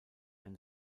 ein